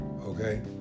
okay